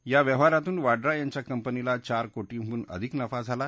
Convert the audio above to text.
या व्यवहारातून वाड्रा यांच्या कंपनीला चार कोटींहून अधिक नफा झाला